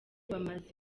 bamaze